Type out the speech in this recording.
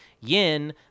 Yin